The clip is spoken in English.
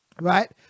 right